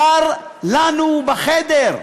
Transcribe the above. קר לנו בחדר.